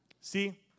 See